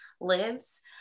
lives